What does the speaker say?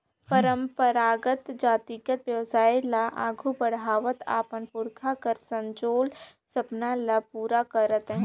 परंपरागत जातिगत बेवसाय ल आघु बढ़ावत अपन पुरखा कर संजोल सपना ल पूरा करत अहे